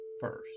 first